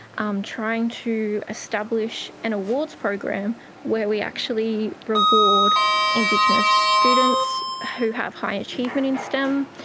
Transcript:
um trying to establish an awards program where we actually reward indigenous students who have high achievement in stem,